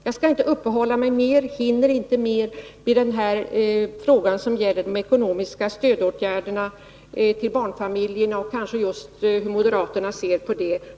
Jag skall inte uppehålla mig mer vid frågan om de ekonomiska stödåtgärderna till barnfamiljerna och hur moderaterna ser på det.